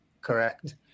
Correct